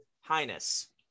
highness